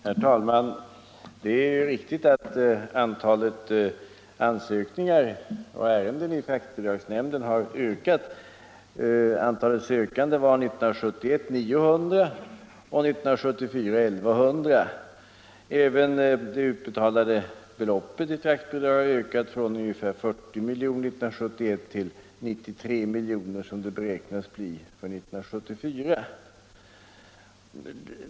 Herr talman! Det är riktigt att antalet ärenden i fraktbidragsnämnden har ökat. Antalet sökande var 900 år 1971 och 1974 var det 1 100. Även det utbetalade beloppet i fraktbidrag har ökat från ungefär 40 miljoner 1971 till 93 miljoner, som det beräknas bli för 1974.